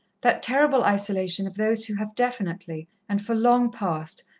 that terrible isolation of those who have definitely, and for long past,